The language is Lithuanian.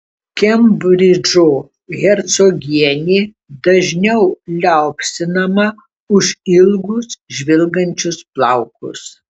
kembridžo hercogienė dažniau liaupsinama už ilgus žvilgančius plaukus